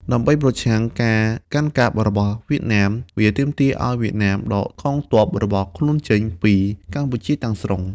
ដើម្បីប្រឆាំងការកាន់កាប់របស់វៀតណាម វាទាមទារឱ្យវៀតណាមដកកងទ័ពរបស់ខ្លួនចេញពីកម្ពុជាទាំងស្រុង ។